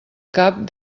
cap